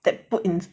that put in